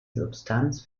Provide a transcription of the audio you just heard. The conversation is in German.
substanz